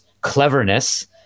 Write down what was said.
cleverness